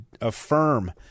affirm